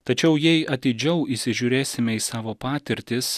tačiau jei atidžiau įsižiūrėsime į savo patirtis